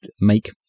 make